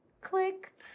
Click